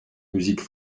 musique